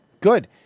Good